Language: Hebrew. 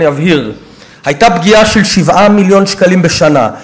אני אבהיר: הייתה פגיעה של 7 מיליון שקלים בשנה.